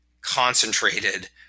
concentrated